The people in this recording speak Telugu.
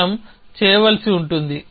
మనం చేయవలసి ఉంటుంది